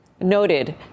noted